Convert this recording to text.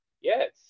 yes